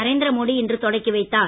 நரேந்திர மோடி இன்று தொடக்கி வைத்தார்